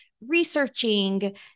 researching